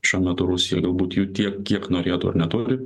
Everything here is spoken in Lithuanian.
šiuo metu rūsijoj galbūt jų tiek kiek norėtų ar neturi